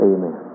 Amen